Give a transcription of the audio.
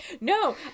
No